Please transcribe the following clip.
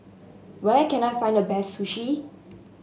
where can I find the best Sushi